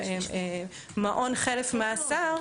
של מעון חלף מאסר.